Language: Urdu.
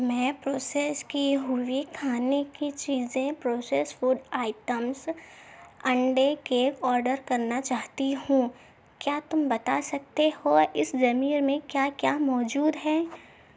میں پروسیس کی ہوئی کھانے کی چیزیں پروسیس فوڈ آئٹمس انڈے کیک آڈر کرنا چاہتی ہوں کیا تم بتا سکتے ہو اس میں کیا کیا موجود ہے